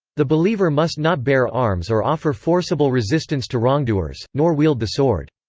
the believer must not bear arms or offer forcible resistance to wrongdoers, nor wield the sword.